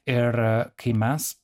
ir kai mes